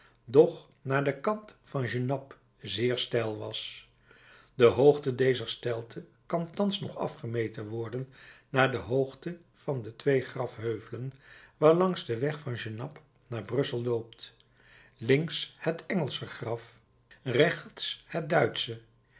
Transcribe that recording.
doch naar den kant van genappe zeer steil was de hoogte dezer steilte kan thans nog afgemeten worden naar de hoogte van de twee grafheuvelen waarlangs de weg van genappe naar brussel loopt links het engelsche graf rechts het duitsche